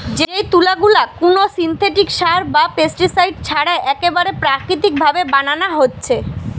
যেই তুলা গুলা কুনো সিনথেটিক সার বা পেস্টিসাইড ছাড়া একেবারে প্রাকৃতিক ভাবে বানানা হচ্ছে